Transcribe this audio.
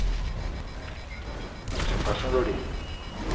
अच्छा परसुं धोड़ी